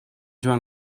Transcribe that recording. joan